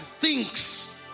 thinks